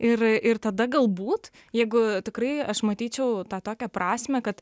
ir ir tada galbūt jeigu tikrai aš matyčiau tą tokią prasmę kad